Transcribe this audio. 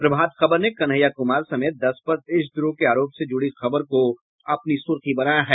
प्रभात खबर ने कन्हैया कुमार समेत दस पर देशद्रोह के आरोप से जुड़ी खबर को अपनी सुर्खी बनाया है